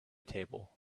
table